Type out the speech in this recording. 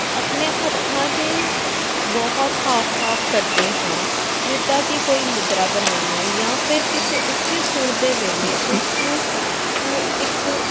ਆਪਣੇ ਹੱਥਾਂ ਦੇ ਬਹੁਤ ਹਾਵ ਭਾਵ ਕਰਦੇ ਹਾਂ ਜਿੱਦਾਂ ਕਿ ਕੋਈ ਮੁਦਰਾ ਬਣਾਉਣਾ ਜਾਂ ਫਿਰ ਕਿਸੇ ਉੱਚੇ ਸੁਰ ਦੇ ਵੇਲੇ ਉਸਨੂੰ ਹੂੰ ਇੱਕ